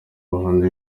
bahanzi